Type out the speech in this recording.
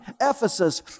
Ephesus